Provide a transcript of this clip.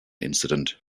incident